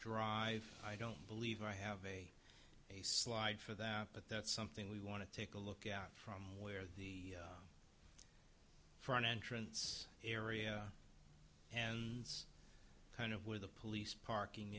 drive i don't believe i have a a slide for that but that's something we want to take a look at from where the front entrance area and it's kind of where the police parking